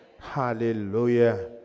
Hallelujah